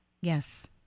Yes